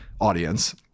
audience